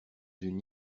une